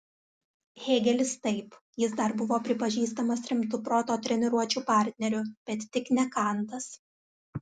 hėgelis taip jis dar buvo pripažįstamas rimtu proto treniruočių partneriu bet tik ne kantas